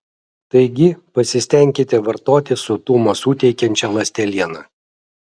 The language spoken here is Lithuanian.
taigi pasistenkite vartoti sotumo suteikiančią ląstelieną